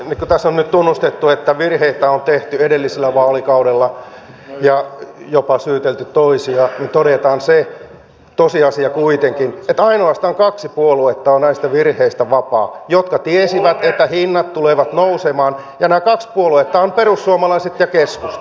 kun tässä on nyt tunnustettu että virheitä on tehty edellisellä vaalikaudella ja jopa syytelty toisia niin todetaan se tosiasia kuitenkin että näistä virheistä vapaat ovat ainoastaan kaksi puoluetta jotka tiesivät että hinnat tulevat nousemaan ja nämä kaksi puoluetta ovat perussuomalaiset ja keskusta